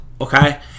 okay